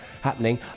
happening